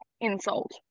insult